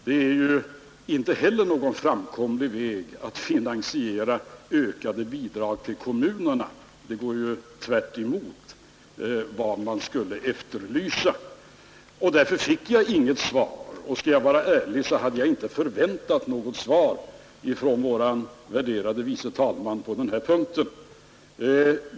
Det är ju inte heller någon framkomlig väg för att finansiera ökade bidrag till kommunerna. Det går ju stick i stäv mot vad man skulle efterlysa. Därför fick jag inte något svar, och skall jag vara ärlig har jag inte förväntat något svar från vår värderade vice talman på denna punkt.